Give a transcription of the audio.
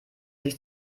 sich